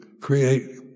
create